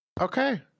Okay